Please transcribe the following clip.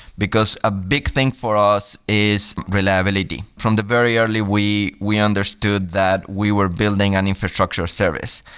because a big thing for us is reliability. from the very early, we we understood that we were building an infrastructure service,